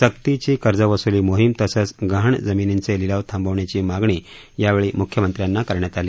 सक्तीची कर्जवसुली मोहीम तसंच गहाण जमीनीचे लीलाव थांबवण्याची मागणी यावेळी मुख्यमंत्र्यांना करण्यात आली